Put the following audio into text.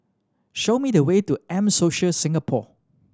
show me the way to M Social Singapore